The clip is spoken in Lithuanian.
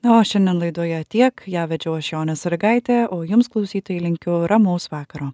na o šiandien laidoje tiek ją vedžiau aš jonė sąlygaitė o jums klausytojai linkiu ramaus vakaro